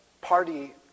party